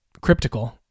cryptical